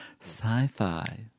sci-fi